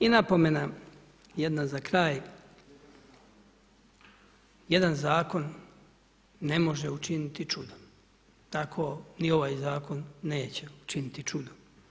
I napomena, jedan za kraj, jedan zakon ne može učiniti čuda, tako ni ovaj zakon, neće učiniti čuda.